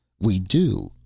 we do,